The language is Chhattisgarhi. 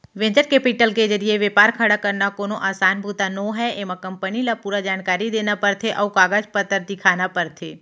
वेंचर केपिटल के जरिए बेपार खड़ा करना कोनो असान बूता नोहय एमा कंपनी ल पूरा जानकारी देना परथे अउ कागज पतर दिखाना परथे